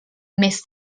més